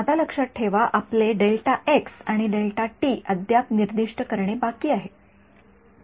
आता लक्षात ठेवा आपले आणि अद्याप निर्दिष्ट करणे बाकी आहे